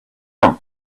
him